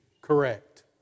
Correct